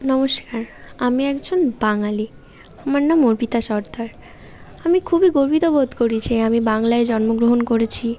নমস্কার আমি একজন বাঙালি আমার নাম অর্পিতা সর্দার আমি খুবই গর্বিত বোধ করি যে আমি বাংলায় জন্মগ্রহণ করেছি